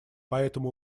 поэтому